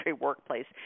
workplace